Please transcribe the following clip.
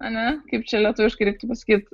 ane kaip čia lietuviškai reik pasakyt